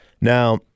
Now